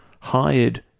hired